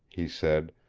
he said,